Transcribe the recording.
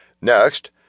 Next